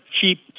cheap